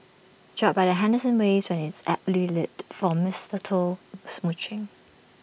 drop by the Henderson waves where it's aptly lit for mistletoe smooching